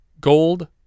Gold